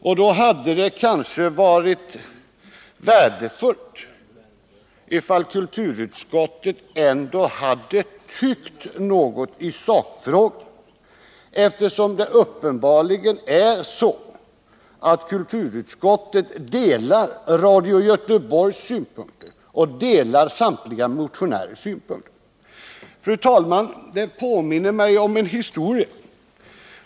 Därför hade det varit värdefullt, om kulturutskottet ändå hade tyckt något i sakfrågan, i synnerhet som kulturutskottet uppenbarligen delar Radio Göteborgs och samtliga motionärers synpunkter. Fru talman! Detta påminner mig om en historia.